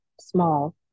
small